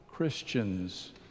Christians